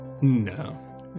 No